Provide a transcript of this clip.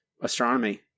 astronomy